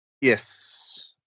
Yes